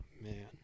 man